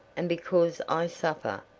and because i suffer,